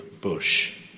bush